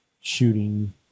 shooting